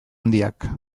handiak